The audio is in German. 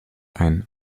ein